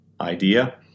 idea